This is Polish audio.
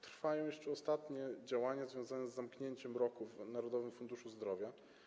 Trwają jeszcze ostatnie działania związane z zamknięciem roku w Narodowym Funduszu Zdrowia.